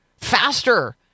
faster